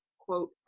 quote